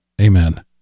Amen